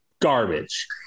garbage